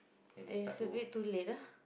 is a bit too late lah